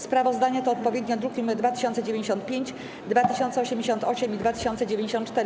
Sprawozdania to odpowiednio druki nr 2095, 2088 i 2094.